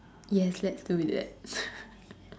yes let's do that